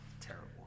terrible